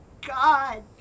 God